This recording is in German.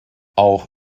auch